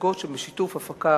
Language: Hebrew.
הצגות שבשיתוף הפקה